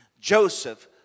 Joseph